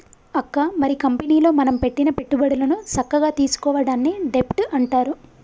అక్క మరి కంపెనీలో మనం పెట్టిన పెట్టుబడులను సక్కగా తీసుకోవడాన్ని డెబ్ట్ అంటారు